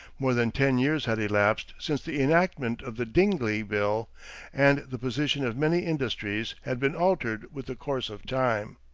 more than ten years had elapsed since the enactment of the dingley bill and the position of many industries had been altered with the course of time.